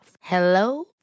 Hello